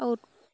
আৰু